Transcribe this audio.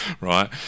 right